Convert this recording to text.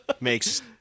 makes